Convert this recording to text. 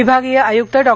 विभागीय आयुक्त डॉ